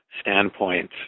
standpoint